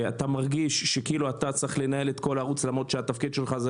אתה מרגיש שאתה צריך לנהל את כל הערוץ למרות שהתפקיד שלך הוא